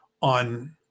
on